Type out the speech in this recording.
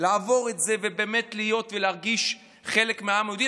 לעבור את זה ובאמת להיות ולהרגיש חלק מהעם היהודי,